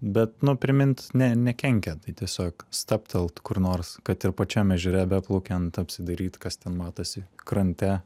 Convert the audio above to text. bet nu primint ne nekenkia tai tiesiog stabtelt kur nors kad ir pačiam ežere beplaukiant apsidairyt kas ten matosi krante